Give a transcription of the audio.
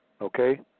Okay